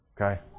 Okay